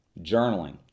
journaling